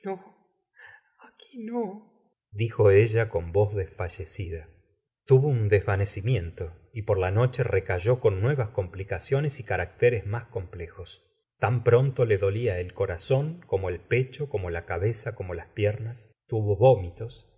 aquí no dijo ella con voz desfallecida tuvo un desvanecimiento y por la noche recayó con nuevas complicaciones y caracteres más complejos tan pronto le dolia el corazón como el pecho como la cabeza co lo las piernas tuvo vómitos en